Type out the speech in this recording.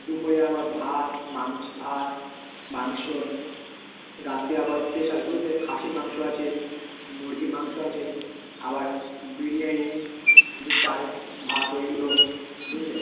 দুপুরে আবার ভাত মাছ ভাত মাংস রাতে আবার স্পেশাল বুঝলে খাসির মাংস আছে মুরগির মাংস আছে আবার বিরিয়ানি যে চালের ভাত ওইগুলো বুঝলে